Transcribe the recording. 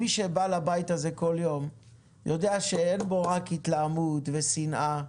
מי שבא לבית הזה כל יום יודע שאין בו רק התלהמות ושנאה,